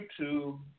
YouTube